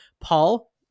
paul